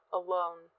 alone